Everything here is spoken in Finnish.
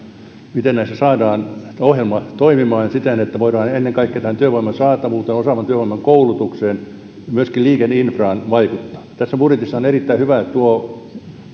saadaan ohjelma toimimaan siten että voidaan ennen kaikkea työvoiman saatavuuteen osaavan työvoiman koulutukseen ja myöskin liikenneinfraan vaikuttaa tässä budjetissa on erittäin hyvää tuo